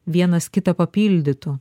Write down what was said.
vienas kitą papildytų